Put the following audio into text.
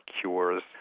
cures